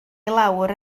lawr